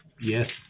Yes